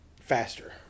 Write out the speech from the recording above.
faster